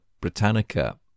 Britannica